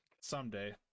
Someday